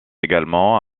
également